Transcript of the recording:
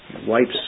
Wipes